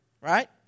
right